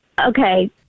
Okay